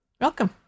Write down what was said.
Welcome